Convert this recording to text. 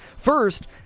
First